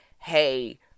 Hey